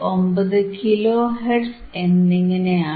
59 kilohertz എന്നിങ്ങനെയാണ്